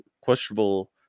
questionable